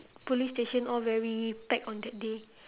police station all very packed on that day